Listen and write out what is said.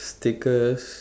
stickers